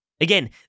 Again